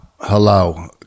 Hello